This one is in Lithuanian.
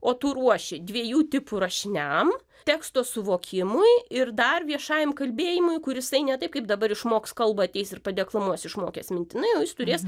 o tu ruoši dviejų tipų rašiniam teksto suvokimui ir dar viešajam kalbėjimui kur isai ne taip kaip dabar išmoks kalbą ateis ir padeklamuos išmokęs mintinai o jis turės